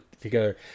together